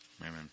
Amen